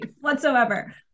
whatsoever